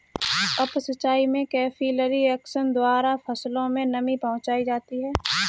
up सिचाई में capillary action द्वारा फसलों में नमी पहुंचाई जाती है